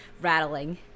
rattling